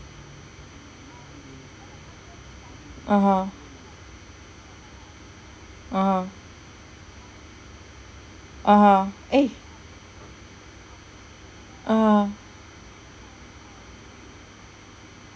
(uh huh) (uh huh) (uh huh) eh uh